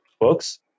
books